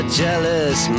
jealous